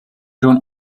john